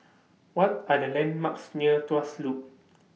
What Are The landmarks near Tuas Loop